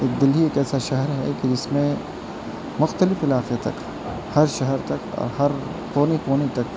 دہلی ایک ایسا شہر ہے کہ جس میں مختلف علاقے تک ہر شہر تک ہر کونے کونے تک